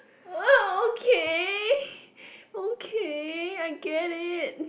okay okay I get it